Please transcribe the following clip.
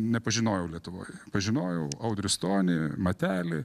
nepažinojau lietuvoj pažinojau audrių stonį matelį